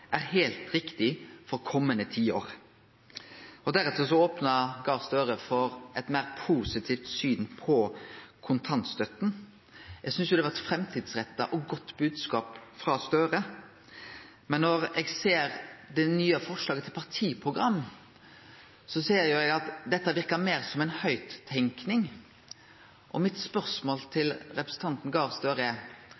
er helt riktig for kommende tiår.» Deretter opna Gahr Støre for eit meir positivt syn på kontantstøtta. Eg synest det var eit framtidsretta og godt bodskap frå Gahr Støre, men når eg ser det nye forslaget til partiprogram, ser eg at dette verkar meir som ei høgttenking. Spørsmålet mitt til representanten Gahr Støre er: Når ein tenkjer så klokt og